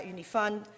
Unifund